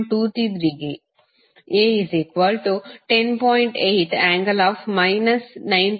2◦A ಮತ್ತು I2 10